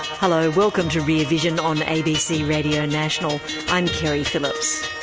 hello, welcome to rear vision on abc radio national i'm keri phillips.